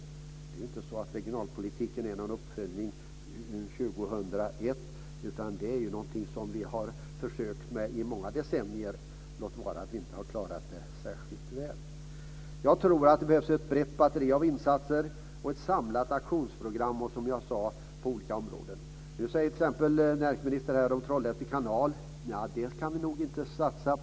Det är ju inte så att regionalpolitiken är någon uppföljning 2001, utan det är någonting som vi har försökt med i många decennier, låt vara att vi inte har klarat det särskilt väl. Jag tror att det behövs ett brett batteri av insatser och ett samlat aktionsprogram på olika områden. Nu säger näringsministern att man nog inte kan satsa på Trollhätte kanal.